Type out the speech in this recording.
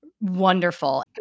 wonderful